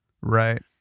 Right